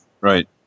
Right